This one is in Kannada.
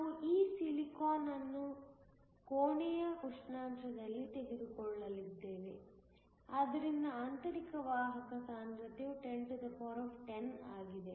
ನಾವು ಈ ಸಿಲಿಕಾನ್ ಅನ್ನು ಕೋಣೆಯ ಉಷ್ಣಾಂಶದಲ್ಲಿ ತೆಗೆದುಕೊಳ್ಳುತ್ತೇವೆ ಆದ್ದರಿಂದ ಆಂತರಿಕ ವಾಹಕ ಸಾಂದ್ರತೆಯು 1010 ಆಗಿದೆ